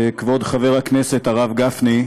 כבוד חבר הכנסת הרב גפני,